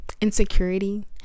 insecurity